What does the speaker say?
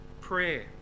prayer